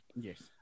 Yes